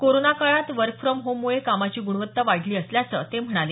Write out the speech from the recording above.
corona काळात work from home मुळे कामाची गुणवत्ता वाढली असल्याचं ते म्हणाले